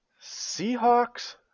Seahawks